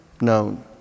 known